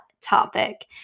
topic